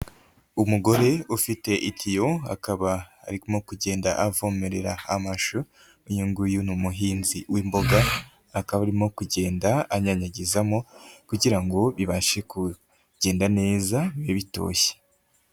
Umugore ufite itiyo akaba arimo kugenda avomerera amashu, uyu nguyu ni umuhinzi w'imboga akaba arimo kugenda anyanyagizamo kugira ngo bibashe kugenda neza bibe bitoshye.